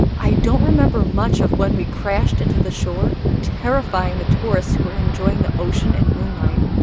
i don't remember much of when we crashed into the shore terrifying the tourists who were enjoying the ocean in moonlight.